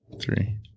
three